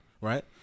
right